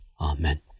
Amen